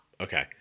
okay